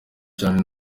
cyane